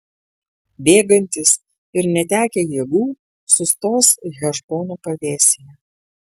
bėgantys ir netekę jėgų sustos hešbono pavėsyje